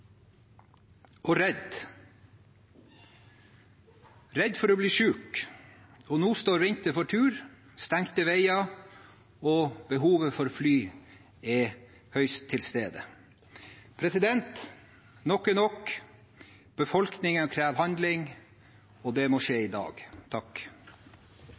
og redd – redd for bli syke. Nå står vinteren for tur, med stengte veier, og behovet for fly er i høyeste grad til stede. Nok er nok. Befolkningen krever handling, og det må skje